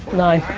nine?